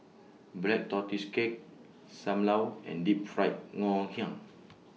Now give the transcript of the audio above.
Black Tortoise Cake SAM Lau and Deep Fried Ngoh Hiang